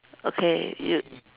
okay you